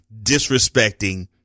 disrespecting